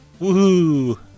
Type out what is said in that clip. woohoo